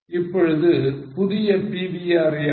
இப்பொழுது புதிய PVR என்ன